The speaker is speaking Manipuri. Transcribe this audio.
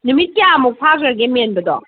ꯅꯨꯃꯤꯠ ꯀꯌꯥꯃꯨꯛ ꯐꯥꯈ꯭ꯔꯒꯦ ꯃꯦꯟꯕꯗꯣ